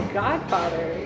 godfather